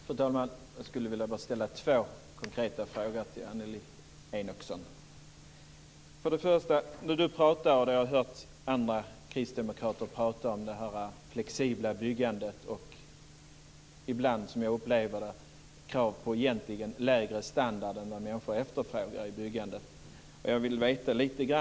Fru talman! Jag skulle vilja ställa två konkreta frågor till Annelie Enochson. Annelie Enochson pratar, och jag har även hört andra kristdemokrater göra det, om det flexibla byggandet och ibland om, upplever jag, krav på en egentligen lägre standard i byggandet än människor efterfrågar. Annelie Enochson talar om sina alternativ.